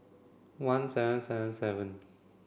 one seven seven seven